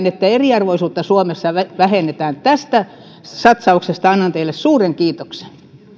että eriarvoisuutta suomessa vähennetään tästä satsauksesta annan teille suuren kiitoksen